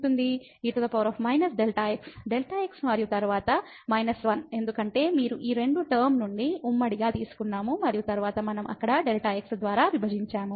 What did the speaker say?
e−Δx Δx మరియు తరువాత −1 ఎందుకంటే మీరు ఈ రెండు టర్మ నుండి ఉమ్మడిగా తీసుకున్నాము మరియు తరువాత మనం అక్కడ Δx ద్వారా విభజించాము